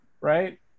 right